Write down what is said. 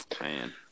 Man